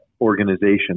organization